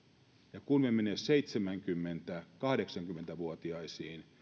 ja kun me menemme seitsemänkymmentä viiva kahdeksankymmentä vuotiaisiin